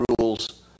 rules